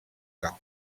come